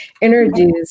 introduce